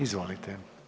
Izvolite.